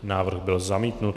Návrh byl zamítnut.